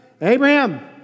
Abraham